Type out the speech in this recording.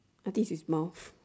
I think his mouth